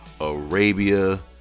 Arabia